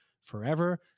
forever